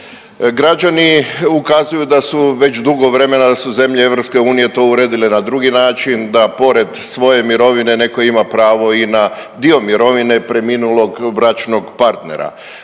Građani ukazuju da su već dugo vremena, da su zemlje EU to uredile na drugi način da pored svoje mirovine netko ima pravo i na dio mirovine preminulog bračnog partnera.